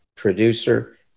producer